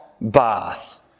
bath